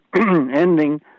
ending